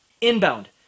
Inbound